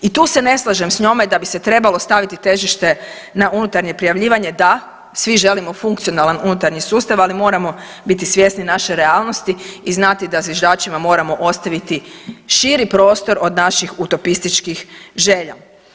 I tu se ne slažem s njome da bi se trebalo staviti težište na unutarnje prijavljivanje, da, svi želimo funkcionalan unutarnji sustav, ali moramo biti svjesni naše realnosti i znati da zviždačima moramo ostaviti širi prostor od naših utopističkih želja.